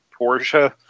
Porsche